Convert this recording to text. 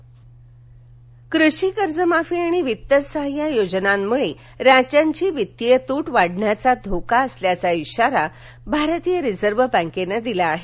RBI कृषी कर्जमाफी आणि वित्तसाद्य योजनांमुळे राज्यांची वित्तीय तृट वाढण्याचा धोका असल्याचा इशारा भारतीय रिझर्व बँकेनं दिला आहे